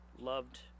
loved